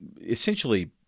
essentially